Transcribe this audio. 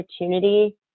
opportunity